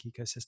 ecosystem